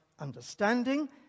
understanding